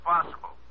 impossible